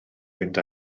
fynd